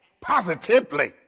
positively